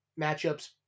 matchups